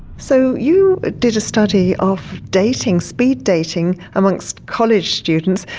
so you did a study of dating speed dating amongst college students,